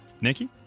Nikki